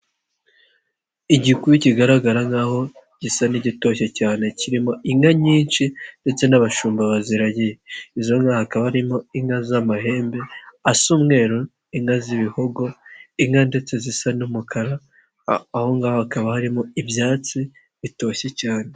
Igiku kigaragara nk'aho gisa n'igitoshye cyane kirimo inka nyinshi ndetse n'abashumba baziragiye. Izo nka hakaba harimo inka z'amahembe asa umweru, inka z'ibihogo, inka ndetse zisa n'umukara. Aho ngaho hakaba harimo ibyatsi bitoshye cyane.